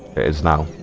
is now